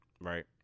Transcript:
Right